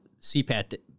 CPAT